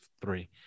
three